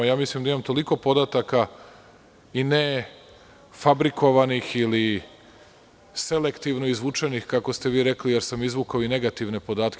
Mislim da imam toliko podataka i ne fabrikovanih ili selektivno izvučenih, kako ste vi rekli, jer sam izvukao i negativne podatke.